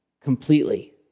completely